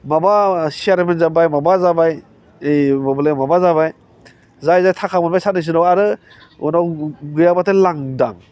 माबा सियारमेन जाबाय माबा जाबाय यै माबा जाबाय जाय जाय थाखा मोनबाय साननैसो उनाव आरो उनाव गैयाबाथाय लांदां